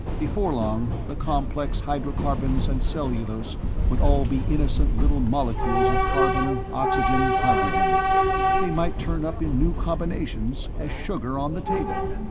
before long, the complex hydrocarbons and cellulose would all be innocent little molecules of carbon, oxygen, hydrogen they might turn up in new combinations as sugar on the table!